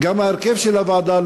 גם ההרכב של הוועדה,